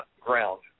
ground